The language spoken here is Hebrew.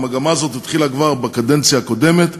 המגמה הזאת התחילה כבר בקדנציה הקודמת,